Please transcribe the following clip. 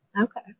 Okay